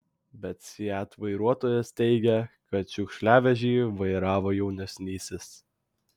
bet seat vairuotojas teigia kad šiukšliavežį vairavo jaunesnysis